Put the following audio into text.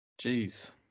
Jeez